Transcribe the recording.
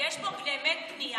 יש פה באמת פנייה.